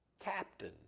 captain